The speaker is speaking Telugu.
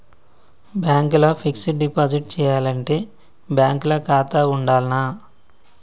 బ్యాంక్ ల ఫిక్స్ డ్ డిపాజిట్ చేయాలంటే బ్యాంక్ ల ఖాతా ఉండాల్నా?